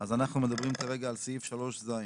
אז אנחנו מדברים כרגע על סעיף 3(ז).